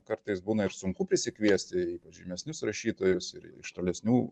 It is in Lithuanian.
kartais būna ir sunku prisikviesti žymesnius rašytojus ir iš tolesnių